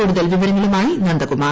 കൂടുതൽ വിവരങ്ങളുമായി നന്ദകുമാർ